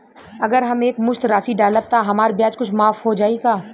अगर हम एक मुस्त राशी डालब त हमार ब्याज कुछ माफ हो जायी का?